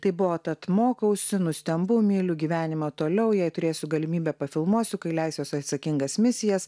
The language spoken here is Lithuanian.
tai buvo tad mokausi nustembu myliu gyvenimą toliau jei turėsiu galimybę filmuosiu kai leisiuosi į atsakingas misijas